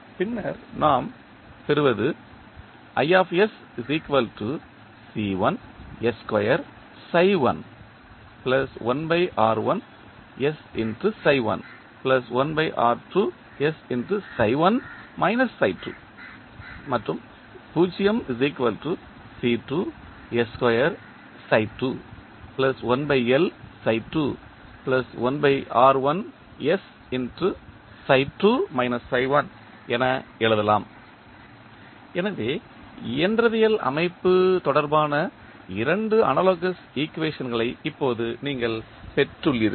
பின்னர் நாம் என எழுதலாம் எனவே இயந்திரவியல் அமைப்பு தொடர்பான இரண்டு அனாலோகஸ் ஈக்குவேஷன்களை இப்போது நீங்கள் பெற்றுள்ளீர்கள்